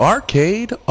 Arcade